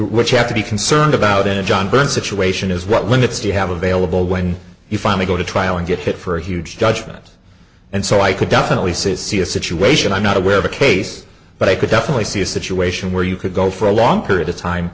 what you would have to be concerned about in a john byrne situation is what limits do you have available when you finally go to trial and get hit for a huge judgment and so i could definitely says see a situation i'm not aware of a case but i could definitely see a situation where you could go for a long period of time